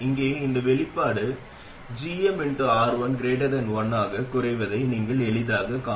இங்கே இந்த வெளிப்பாடு gmR1 1 ஆக குறைவதை நீங்கள் எளிதாகக் காணலாம்